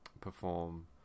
perform